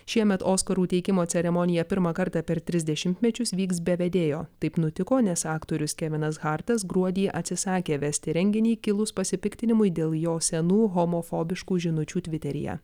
šiemet oskarų įteikimo ceremonija pirmą kartą per tris dešimtmečius vyks be vedėjo taip nutiko nes aktorius kevinas hartas gruodį atsisakė vesti renginį kilus pasipiktinimui dėl jo senų homofobiškų žinučių tviteryje